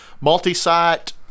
multi-site